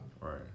Right